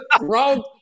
Wrong